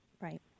Right